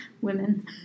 women